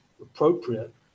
appropriate